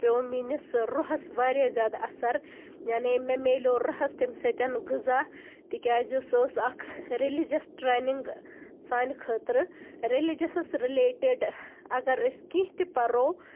پیوٚو میٛٲنِس روٗحس واریاہ زیادٕ اَثر یانے مےٚ میلو روٗحس تَمہِ سۭتۍ غذا تِکیٛازِ سۄ ٲسۍ اکھ ریلِجَس ٹرینِنٛگ سانہِ خٲطرٕ ریلِجَسس رِلیٹِڈ اَگر أسۍ کیٚنٛہہ تہِ پَرو